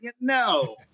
no